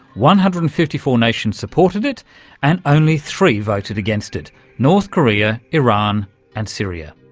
one hundred and fifty four nations supported it and only three voted against it north korea, iran and syria.